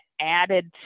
added